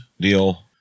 deal